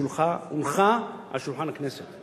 שהונחה על שולחן הכנסת,